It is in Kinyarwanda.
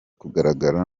kugaragara